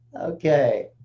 Okay